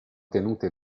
tenute